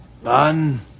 One